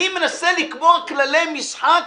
אני מנסה לקבוע כללי משחק